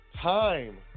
Time